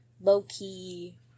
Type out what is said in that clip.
low-key